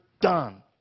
done